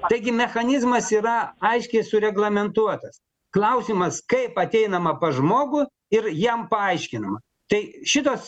taigi mechanizmas yra aiškiai sureglamentuotas klausimas kaip ateinama pas žmogų ir jam paaiškinama tai šitos